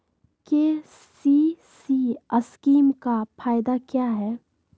KCC scheme का फायदा क्या है?